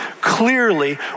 clearly